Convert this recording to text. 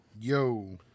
Yo